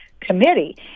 Committee